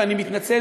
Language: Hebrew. ואני מתנצל,